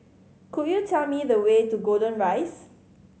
could you tell me the way to Golden Rise